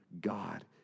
God